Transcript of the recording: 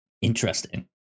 interesting